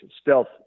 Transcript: stealth